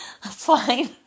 fine